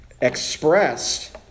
expressed